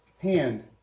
hand